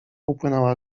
upłynęła